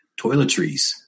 toiletries